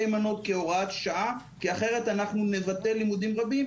מנות כהוראת שעה כי אחרת אנחנו נבטל לימודים רבים